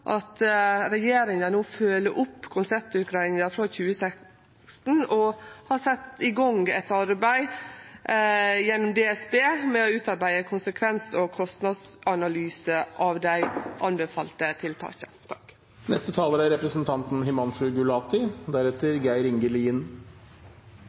at regjeringa no følgjer opp konseptutgreiinga frå 2016 og gjennom DSB har sett i gong eit arbeid med å utarbeide konsekvens- og kostnadsanalyse av dei anbefalte tiltaka.